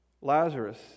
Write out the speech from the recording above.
Lazarus